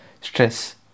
stress